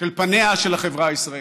של פניה של החברה הישראלית.